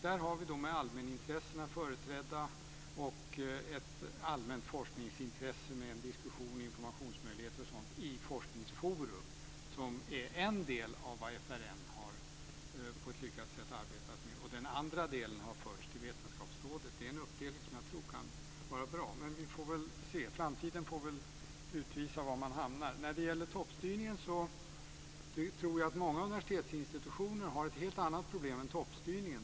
Där har vi allmänintressena företrädda, och det finns ett allmänt forskningsintresse med diskussions och informationsmöjligheter och sådant i Forskningsforum. Det är en del av det som FRN har arbetat med på ett lyckat sätt. Den andra delen har förts till vetenskapsrådet. Jag tror att det är en uppdelning som kan vara bra. Vi får väl se. Framtiden får väl utvisa var man hamnar. Jag tror att många universitetsinstitutioner har ett helt annat problem än toppstyrningen.